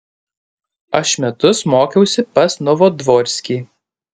aš metus mokiausi pas novodvorskį